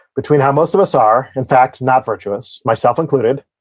between how most of us are, in fact not virtuous, myself included,